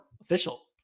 Official